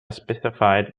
specified